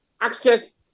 access